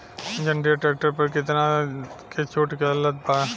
जंडियर tractor पर कितना के छूट चलत बा?